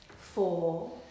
four